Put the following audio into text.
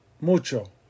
mucho